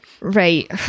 right